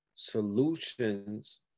solutions